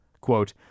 Quote